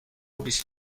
بیست